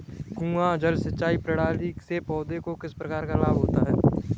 कुआँ जल सिंचाई प्रणाली से पौधों को किस प्रकार लाभ होता है?